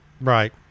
right